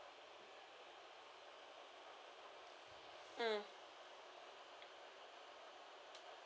mm